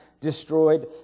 destroyed